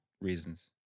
reasons